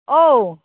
औ